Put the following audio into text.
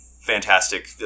Fantastic